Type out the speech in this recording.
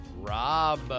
Rob